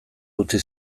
utzi